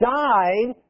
died